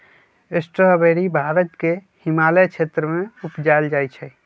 strawberry Bharat के हिमालय क्षेत्र में उपजायल जाइ छइ